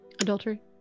Adultery